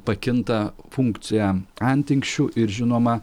pakinta funkcija antinksčių ir žinoma